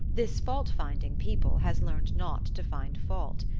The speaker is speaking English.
this fault-finding people has learned not to find fault.